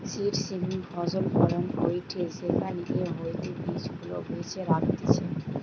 seed saving ফসল ফলন হয়টে সেখান হইতে বীজ গুলা বেছে রাখতিছে